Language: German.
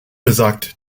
besagt